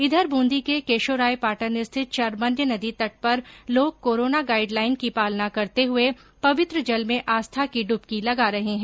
इधर बूंदी के केशोरायपाटन स्थित चर्मण्य नदी तट पर लोग कोरोना गाईडलाईन की पालना करते हुये पवित्र जल में आस्था की डुबकी लगा रहे हैं